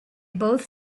both